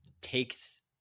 takes